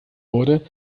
wurde